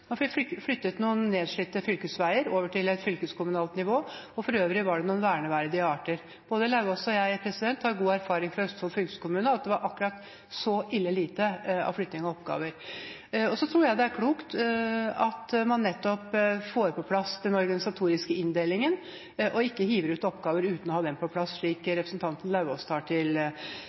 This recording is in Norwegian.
Man flyttet noen nedslitte fylkesveier over til et fylkeskommunalt nivå, og for øvrig var det noen verneverdige arter. Både Lauvås og jeg har god erfaring fra Østfold fylkeskommune og vet at det var akkurat så ille lite flytting av oppgaver. Så tror jeg det er klokt at man får på plass den organisatoriske inndelingen og ikke hiver ut oppgaver uten å ha den på plass, slik representanten Lauvås tar til